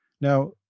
Now